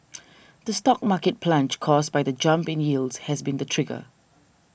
the stock market plunge caused by the jump in yields has been the trigger